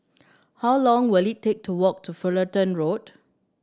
how long will it take to walk to Fullerton Road